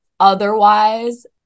Otherwise